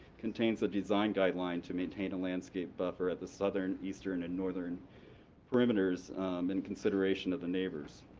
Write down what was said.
contains a design guideline to maintain a landscape buffer at the southern, eastern, and northern perimeters in consideration of the neighbors.